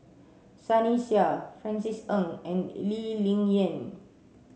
Sunny Sia Francis Ng and Lee Ling Yen